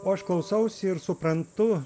o aš klausausi ir suprantu